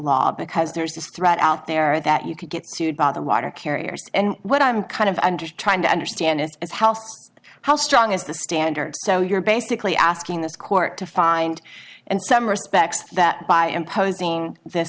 law because there is this threat out there that you could get sued by the water carriers and what i'm kind of i'm just trying to understand it as house how strong is the standard so you're basically asking this court to find and some respects that by imposing this